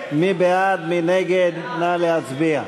סעיפים 1 2 נתקבלו.